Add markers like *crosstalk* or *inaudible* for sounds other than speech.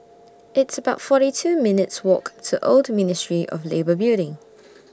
It's about forty two minutes' Walk to Old Ministry of Labour Building *noise*